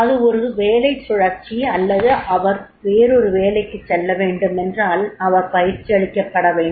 அது ஒரு வேலைச் சுழற்சி அல்லது அவர் வேறொரு வேலைக்குச் செல்ல வேண்டும் என்றால் அவர் பயிற்சியளிக்கப்பட வேண்டும்